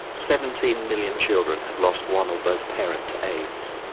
seventeen million children have lost one or both parent to aids.